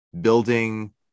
building